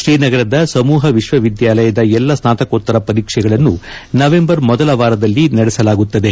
ಶ್ರೀನಗರದ ಸಮೂಹ ವಿಶ್ವವಿದ್ಯಾಲಯದ ಎಲ್ಲ ಸ್ನಾತಕೋತ್ತರ ಪರೀಕ್ಷೆಗಳನ್ನು ನವೆಂಬರ್ ಮೊದಲ ವಾರದಲ್ಲಿ ನಡೆಸಲಾಗುತ್ತದೆ